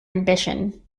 ambition